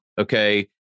okay